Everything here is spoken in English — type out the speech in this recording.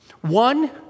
One